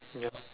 yup